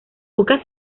pocas